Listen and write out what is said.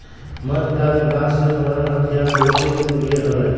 मध्यकाल में बांस से बनल हथियार बहुत लोकप्रिय हलय